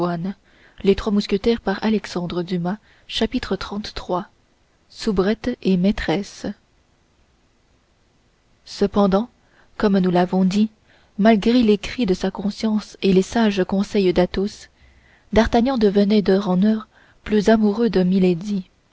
humeur chapitre xxxiii soubrette et maîtresse cependant comme nous l'avons dit malgré les cris de sa conscience et les sages conseils d'athos d'artagnan devenait d'heure en heure plus amoureux de